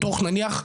בתוך נניח,